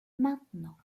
maintenant